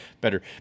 better